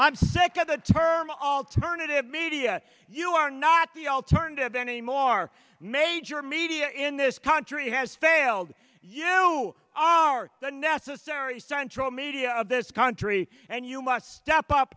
im sick of the term alternative media you are not the alternative anymore major media in this country has failed you are the necessary central media of this country and you must step up